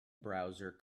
browser